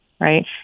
right